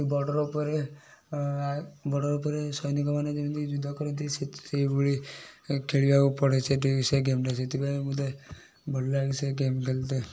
border ଉପରେ border ଉପରେ ସୈନିକ ମାନେ ଯେମିତି ଯୁଦ୍ଧ କରନ୍ତି ସେଇ ଭଳି ଖେଳିବାକୁ ପଡ଼େ ସେଥିପାଇଁ ସେଇ ଗେମ୍ଟା ମତେ ଭଲ ଲାଗେ ସେଇ ଗେମ୍ ଖେଳତେ